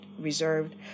reserved